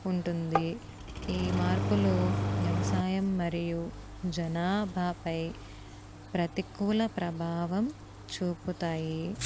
ఉంటుంది ఈ మార్పులు వ్యవసాయం మరియు జనాభా పై ప్రతికూల ప్రభావం చూపుతాయి